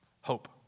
Hope